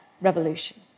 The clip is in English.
revolution